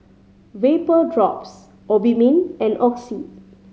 Vapodrops Obimin and Oxy